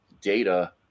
data